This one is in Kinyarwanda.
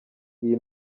iyi